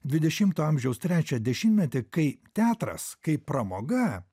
dvidešimo amžiaus trečią dešimtmetį kai teatras kaip pramoga